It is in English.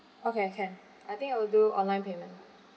okay can I think I will do online payment